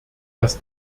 dass